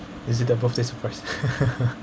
is it the birthday surprise